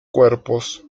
cuerpos